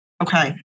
Okay